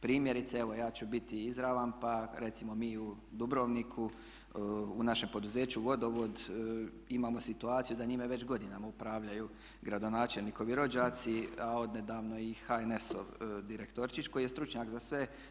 Primjerice, evo ja ću biti izravan pa recimo mi u Dubrovniku u našem poduzeću Vodovod imamo situaciju da njime već godinama upravljaju gradonačelnikovi rođaci a odnedavno i HNS-ov direktorčić koji je stručnjak za sve.